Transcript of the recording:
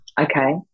Okay